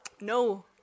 No